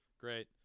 Great